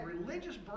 religious